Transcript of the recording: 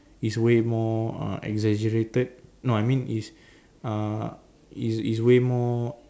is way more uh exaggerated no I mean is uh is is way more